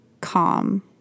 calm